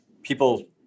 people